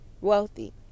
Wealthy